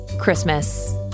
Christmas